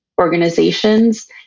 organizations